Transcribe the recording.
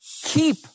keep